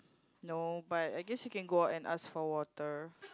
no but I guess you can go out and ask for water